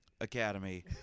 Academy